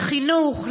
לחינוך,